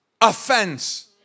offense